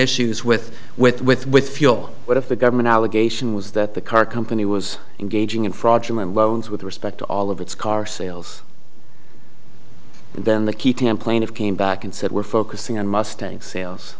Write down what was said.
issues with with with with fuel but if the government allegation was that the car company was engaging in fraudulent loans with respect to all of its car sales then the key thing and playing it came back and said we're focusing on mustang sales